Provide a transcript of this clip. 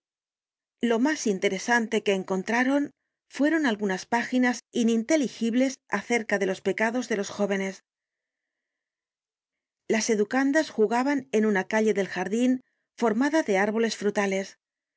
lo mas in teresante que encontraron fueron algunas páginas ininteligibles acerca de los pecados de los jóvenes content from google book search generated at las educandas jugaban en una calle del jardin formada de árboles frutales